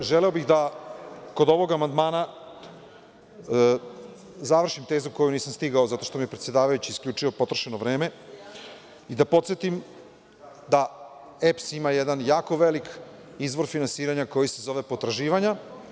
Dakle, želeo bih da kod ovog amandmana završim tezu koju nisam stigao zato što mi je predsedavajući isključio potrošeno vreme i da podsetim da EPS ima jedan jako veliki izvor finansiranja koji se zove potraživanja.